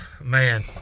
Man